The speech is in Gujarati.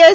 એસ